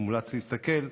מומלץ להסתכל,